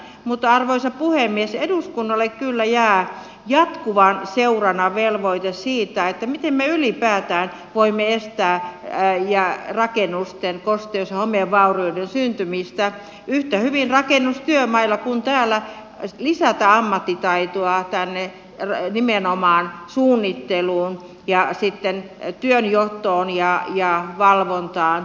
mutta arvoisa puhemies eduskunnalle kyllä jää jatkuvan seurannan velvoite siitä miten me ylipäätään voimme estää rakennusten kosteus ja homevaurioiden syntymistä ja miten me voimme yhtä hyvin rakennustyömailla kuin täällä lisätä ammattitaitoa nimenomaan suunnitteluun ja työnjohtoon ja valvontaan